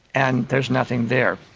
and there's nothing there.